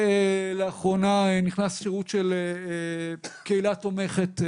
ולאחרונה נכנס שירות של קהילה תומכת,